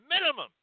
minimum